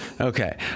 Okay